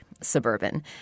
suburban